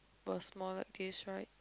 will smile like this right